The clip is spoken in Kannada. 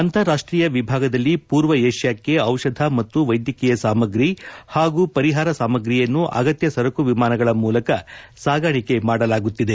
ಅಂತಾರಾಷ್ಷೀಯ ವಿಭಾಗದಲ್ಲಿ ಪೂರ್ವ ಏಷ್ಯಾಕ್ಷೆ ದಿಷಧ ಮತ್ತು ವೈದ್ಯಕೀಯ ಸಾಮಗ್ರಿ ಮತ್ತು ಪರಿಹಾರ ಸಾಮಗ್ರಿಯನ್ನು ಅಗತ್ಯ ಸರಕು ವಿಮಾನಗಳ ಮೂಲಕ ಸಾಗಾಣಿಕೆ ಮಾಡಲಾಗುತ್ತಿದೆ